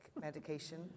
medication